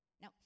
Now